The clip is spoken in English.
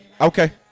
Okay